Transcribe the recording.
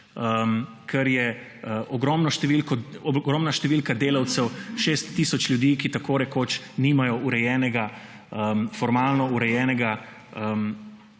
kar je ogromna številka delavcev, šest tisoč ljudi, ki tako rekoč nimajo formalno urejenega